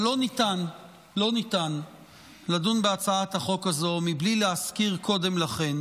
אבל לא ניתן לדון בהצעת החוק הזו מבלי להזכיר קודם לכן